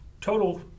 total